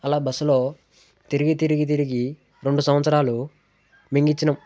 అలా బస్సులో తిరిగి తిరిగి తిరిగి రెండు సంవత్సరాలు మింగిచ్చినాం